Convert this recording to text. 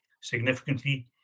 significantly